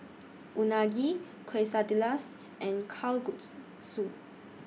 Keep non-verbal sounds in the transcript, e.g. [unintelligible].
Unagi Quesadillas and [unintelligible]